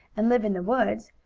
and live in the woods.